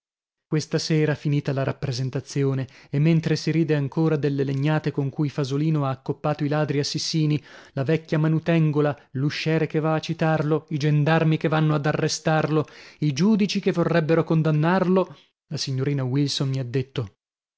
questa sera finita la rappresentazione e mentre si ride ancora delle legnate con cui fasolino ha accoppato i ladri assissini la vecchia manutengola l'usciere che va a citarlo i gendarmi che vanno ad arrestarlo i giudici che vorrebbero condannarlo la signorina wilson mi ha detto